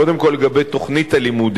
קודם כול, לגבי תוכנית הלימודים,